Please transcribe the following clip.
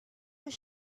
was